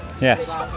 yes